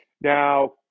Now